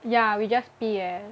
yeah we just 毕业